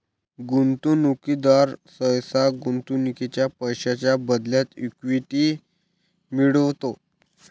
गुंतवणूकदार सहसा गुंतवणुकीच्या पैशांच्या बदल्यात इक्विटी मिळवतो